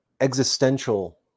existential